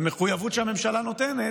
והמחויבות שהממשלה נותנת,